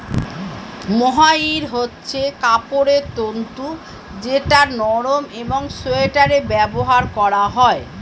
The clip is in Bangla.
মোহাইর হচ্ছে কাপড়ের তন্তু যেটা নরম একং সোয়াটারে ব্যবহার করা হয়